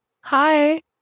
Hi